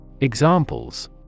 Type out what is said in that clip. Examples